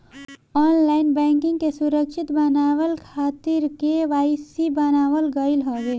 online banking के सुरक्षित बनावे खातिर के.वाई.सी बनावल गईल हवे